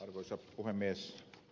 arvoisa puhemies